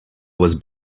was